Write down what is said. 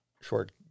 short